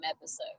episode